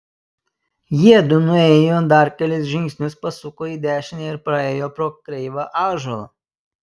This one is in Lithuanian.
jiedu nuėjo dar kelis žingsnius pasuko į dešinę ir praėjo pro kreivą ąžuolą